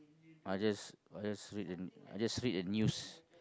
I just I just read an I just read an news